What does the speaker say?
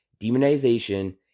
demonization